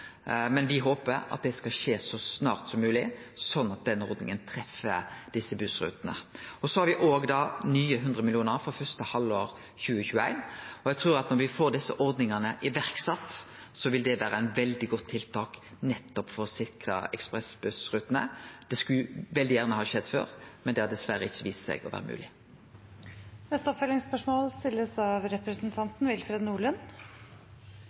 men me håpar at det kan skje så snart som mogleg, sånn at den ordninga treffer desse bussrutene. Så har me òg nye 100 mill. kr for første halvår i 2021. Eg trur at når me får desse ordningane sette i verk, vil det vere eit veldig godt tiltak nettopp for å sikre ekspressbussrutene. Det skulle veldig gjerne ha skjedd før, med det har dessverre ikkje vist seg å vere